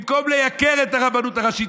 במקום לייקר את הרבנות הראשית,